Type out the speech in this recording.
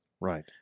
Right